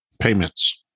payments